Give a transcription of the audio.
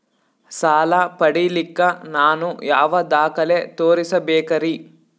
ಸಾಲ ಪಡಿಲಿಕ್ಕ ನಾನು ಯಾವ ದಾಖಲೆ ತೋರಿಸಬೇಕರಿ?